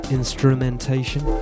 instrumentation